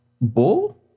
bull